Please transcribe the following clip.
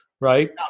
right